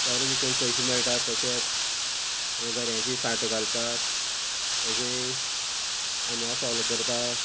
तोरां विकून पयशे मेळटा तशेंत घर्यांची साटां घालतात तशें आंब्या सोलां करता